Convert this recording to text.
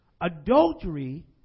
adultery